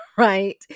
right